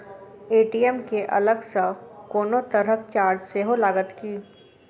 ATM केँ अलग सँ कोनो तरहक चार्ज सेहो लागत की?